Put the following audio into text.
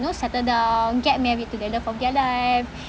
you know settle down get married to the love of their life